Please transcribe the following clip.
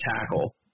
tackle